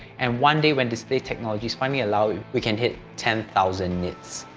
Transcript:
and one day, when display technologies finally allow it, we can hit ten thousand nits.